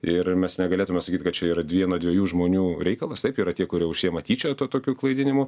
ir mes negalėtume sakyt kad čia yra dvieno dviejų žmonių reikalas taip yra tie kurie užsiima tyčia to tokiu klaidinimu